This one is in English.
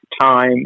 time